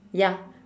ya